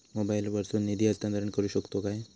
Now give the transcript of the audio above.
मोबाईला वर्सून निधी हस्तांतरण करू शकतो काय?